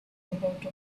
about